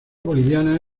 boliviana